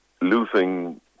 losing